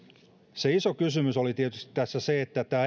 se iso kysymys oli tässä tietysti se